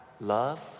love